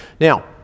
Now